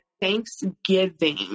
Thanksgiving